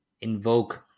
invoke